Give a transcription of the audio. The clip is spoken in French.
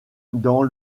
dans